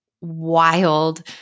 wild